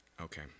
Okay